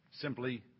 simply